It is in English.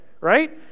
right